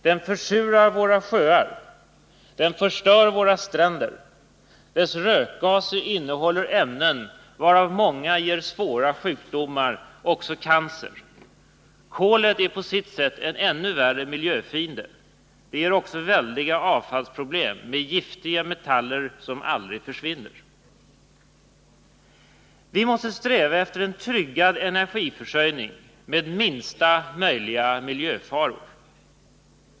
Den försurar våra sjöar och förstör våra stränder. Dess rökgaser innehåller ämnen av vilka många ger svåra sjukdomar, också cancer. Kolet är på sitt sätt en ännu farligare miljöfiende. Det ger också väldiga avfallsproblem med giftiga metaller som aldrig försvinner. Vi måste alltså sträva efter en tryggad energiförsörjning med minsta möjliga miljöfaror.